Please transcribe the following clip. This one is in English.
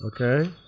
Okay